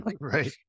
Right